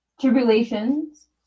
tribulations